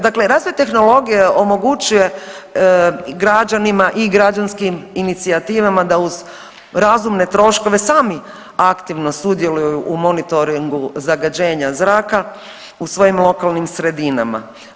Dakle, razvoj tehnologije omogućuje građanima i građanskim inicijativama da uz razumne troškove sami aktivno sudjeluju u monitoringu zagađenja zraka u svojim lokalnim sredinama.